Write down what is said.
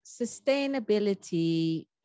sustainability